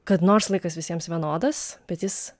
kad nors laikas visiems vienodas bet jis